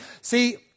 See